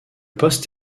poste